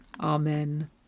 Amen